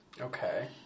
Okay